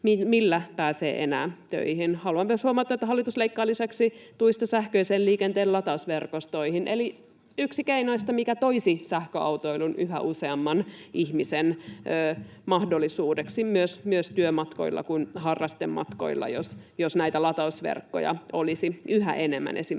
millä pääsee enää töihin. Haluan myös huomauttaa, että hallitus leikkaa lisäksi tuista sähköisen liikenteen latausverkostoihin, eli yksi keinoista, mikä toisi sähköautoilun yhä useamman ihmisen mahdollisuudeksi niin työmatkoilla kuin harrastematkoilla, jos näitä latausverkkoja olisi yhä enemmän esimerkiksi